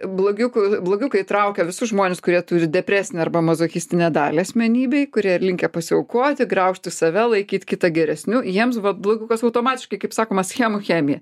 blogiukų blogiukai traukia visus žmones kurie turi depresinę arba mazochistinę dalį asmenybėj kurie linkę pasiaukoti graužti save laikyt kitą geresniu jiems va blogiukas automatiškai kaip sakoma schemų chemija